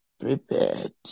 prepared